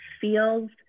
feels